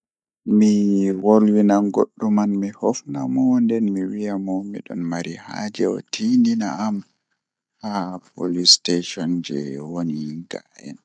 Eh A jaɓɓii, miɗo mbadii haaɓtude eɓɓo nder laanaaji moƴƴi ɗi waɗi si jooni, sabu mi ɗo waɗi nder ɗoo ngam haanataa ɗum. Ko waawi waɗde mi wallitii ngam waɗde laanaaji ɗoo? Miɗo faami ko ɗum waɗi faa jooni.